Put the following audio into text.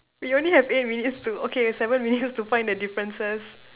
we only have eight minutes to okay seven minutes to find the differences